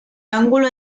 ángulo